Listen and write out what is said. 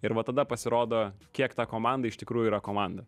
ir va tada pasirodo kiek ta komanda iš tikrųjų yra komanda